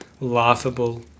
laughable